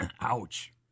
Ouch